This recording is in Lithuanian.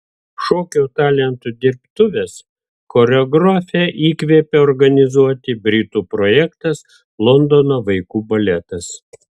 šokio talentų dirbtuves choreografę įkvėpė organizuoti britų projektas londono vaikų baletas